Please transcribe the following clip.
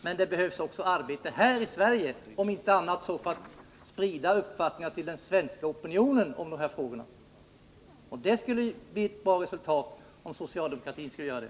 Men det behövs arbete också i Sverige, om inte annat så för att sprida uppfattningarna i de här frågorna till den svenska opinionen. Det skulle bli ett bra resultat om socialdemokratin gjorde det.